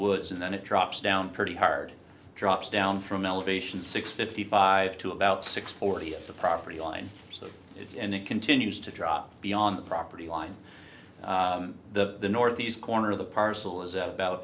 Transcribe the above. woods and then it drops down pretty hard drops down from elevation six fifty five to about six forty up the property line so it's and it continues to drop beyond the property line the northeast corner of the parcel is at about